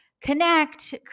connect